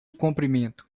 comprimento